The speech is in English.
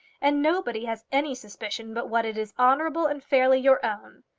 and nobody has any suspicion but what it is honourably and fairly your own.